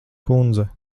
kundze